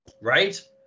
right